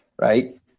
right